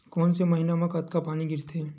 कोन से महीना म कतका पानी गिरथे?